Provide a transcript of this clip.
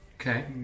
Okay